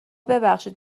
ببخشید